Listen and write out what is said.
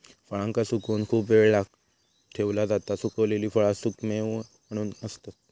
फळांका सुकवून खूप वेळ ठेवला जाता सुखवलेली फळा सुखेमेवे म्हणून असतत